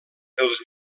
els